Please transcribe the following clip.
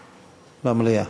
במליאה.